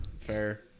Fair